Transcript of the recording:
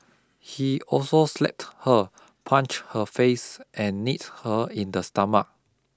he also slapped her punched her face and kneed her in the stomach